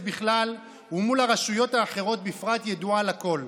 בכלל ומול הרשויות האחרות בפרט ידועה לכול.